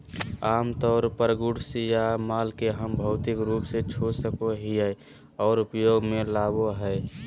आमतौर पर गुड्स या माल के हम भौतिक रूप से छू सको हियै आर उपयोग मे लाबो हय